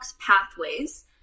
pathways